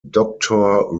doctor